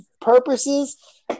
purposes